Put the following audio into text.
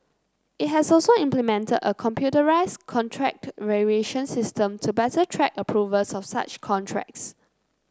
it has also implemented a computerised contract variation system to better track approvals of such contracts